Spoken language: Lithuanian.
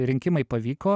rinkimai pavyko